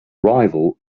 rival